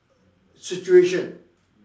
situation